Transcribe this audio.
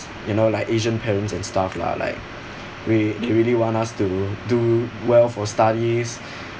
you know like asian parents and stuff lah like we they really want us to do well for studies